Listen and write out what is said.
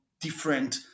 different